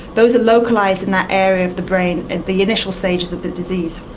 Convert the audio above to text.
those are localised in that area of the brain in the initial stages of the disease.